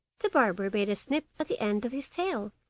the barber made a snip at the end of his tail.